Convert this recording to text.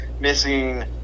missing